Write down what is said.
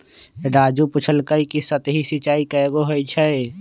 राजू पूछलकई कि सतही सिंचाई कैगो होई छई